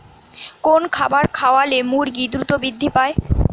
কোন খাবার খাওয়ালে মুরগি দ্রুত বৃদ্ধি পায়?